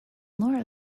laura